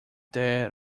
that